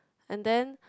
and then